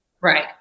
Right